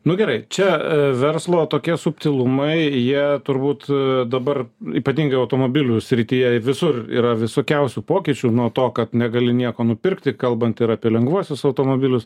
nu gerai čia verslo tokie subtilumai jie turbūt dabar ypatingai automobilių srityje visur yra visokiausių pokyčių nuo to kad negali nieko nupirkti kalbant ir apie lengvuosius automobilius